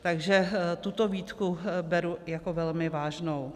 Takže tuto výtku beru jako velmi vážnou.